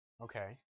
Okay